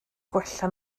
gwella